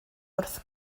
wrth